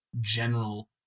general